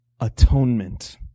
atonement